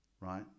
right